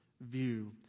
view